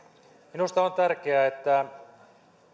minusta on tärkeää että